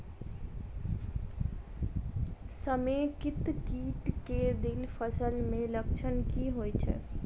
समेकित कीट केँ तिल फसल मे लक्षण की होइ छै?